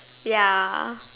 ya